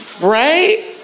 Right